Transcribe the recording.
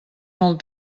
molt